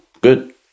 good